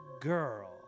girl